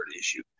issue